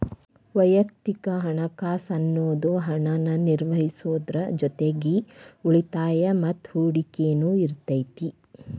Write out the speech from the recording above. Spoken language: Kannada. ವಯಕ್ತಿಕ ಹಣಕಾಸ್ ಅನ್ನುದು ಹಣನ ನಿರ್ವಹಿಸೋದ್ರ್ ಜೊತಿಗಿ ಉಳಿತಾಯ ಮತ್ತ ಹೂಡಕಿನು ಇರತೈತಿ